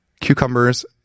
cucumbers